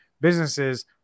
businesses